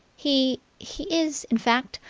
he he is, in fact,